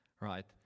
right